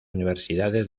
universidades